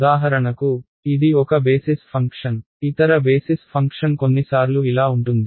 ఉదాహరణకు ఇది ఒక బేసిస్ ఫంక్షన్ ఇతర బేసిస్ ఫంక్షన్ కొన్నిసార్లు ఇలా ఉంటుంది